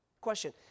Question